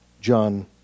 John